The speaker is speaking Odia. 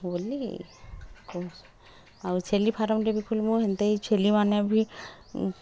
ବୋଲି କହୁସନ୍ ଆଉ ଛେଲି ଫାରମ୍ଟେ ଖୋଲିବୁଁ ହେନ୍ତେ ଏଇ ଛେଲିମାନେ ଭି ଉଁ